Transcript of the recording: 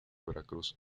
veracruz